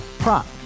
Prop